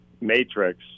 matrix